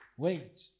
Wait